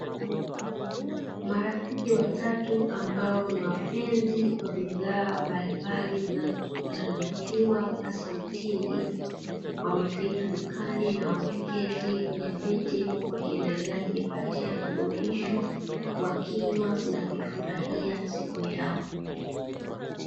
Marafiki watatu ambao ni wapenzi wa bidhaa mbalimbali zinazotokana na maziwa, hasa mtindi; wamefika dukani na wameketi kwenye viti, huku wakiendelea kujipatia kiburudisho, wakinywa na kuifurahia siku yao.